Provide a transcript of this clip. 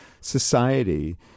society